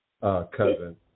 cousin